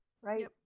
Right